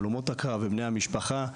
הלומות הקרב ובני משפחותיהם,